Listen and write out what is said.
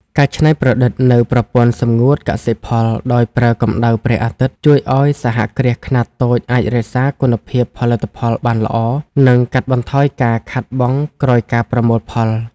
ការច្នៃប្រឌិតនូវប្រព័ន្ធសម្ងួតកសិផលដោយប្រើកម្ដៅព្រះអាទិត្យ ជួយឱ្យសហគ្រាសខ្នាតតូចអាចរក្សាគុណភាពផលិតផលបានល្អ និងកាត់បន្ថយការខាតបង់ក្រោយការប្រមូលផល។